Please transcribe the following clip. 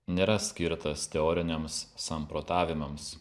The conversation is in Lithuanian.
nėra skirtas teoriniams samprotavimams